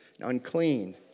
unclean